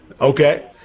Okay